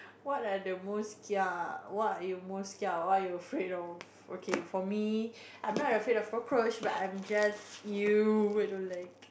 what are the most kia what you most kia what you afraid of okay for me I'm not afraid of cockroach but I'm just you wait don't like